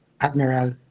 Admiral